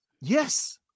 Yes